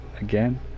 again